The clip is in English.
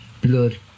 blood